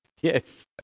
Yes